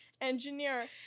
engineer